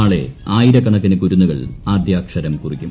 നാളെ ആയിരക്കണക്കിന് കുരുന്നുകൾ ആദ്യാക്ഷരം കുറിക്കും